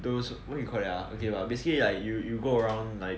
those what you call that ah okay lah basically like you you go around like